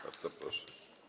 Bardzo proszę.